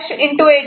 0 B'